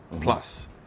plus